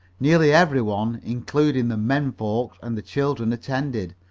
nearly every one, including the men folks and the children, attended,